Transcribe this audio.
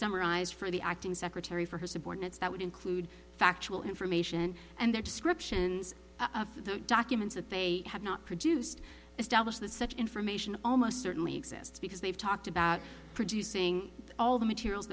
summarized for the acting secretary for her subordinates that would include factual information and their descriptions of the documents that they have not produced establish that such information almost certainly exists because they've talked about producing all the materials